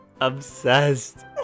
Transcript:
Obsessed